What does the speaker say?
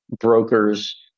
brokers